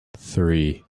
three